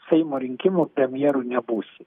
seimo rinkimų premjeru nebūsi